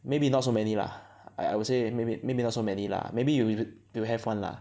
maybe not so many lah I would say it maybe maybe not so many lah maybe you you will have one lah